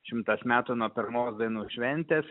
šimtas metų nuo pirmos dainų šventės